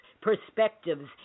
perspectives